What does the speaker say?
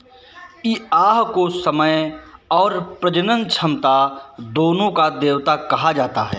ई आह को समय और प्रजनन क्षमता दोनों का देवता कहा जाता है